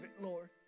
Lord